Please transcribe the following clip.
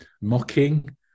mocking